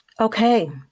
okay